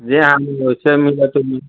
जे अहाँ ढूँढ़बै से मिलत ओहिमे